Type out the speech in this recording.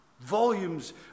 volumes